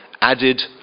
added